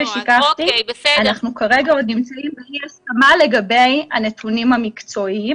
אנחנו כרגע עוד נמצאים באי-הסכמה לגבי הנתונים המקצועיים